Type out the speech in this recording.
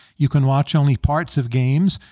you can watch only parts of games.